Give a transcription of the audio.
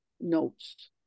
notes